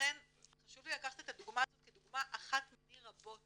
לכן חשוב לי לקחת את הדוגמה הזאת כדוגמה אחת מני רבות.